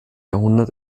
jahrhundert